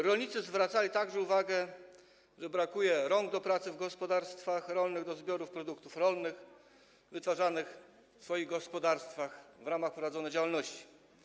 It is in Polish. Rolnicy zwracali także uwagę, że brakuje rąk do pracy w gospodarstwach rolnych do zbiorów produktów rolnych wytwarzanych w swoich gospodarstwach w ramach prowadzonej działalności.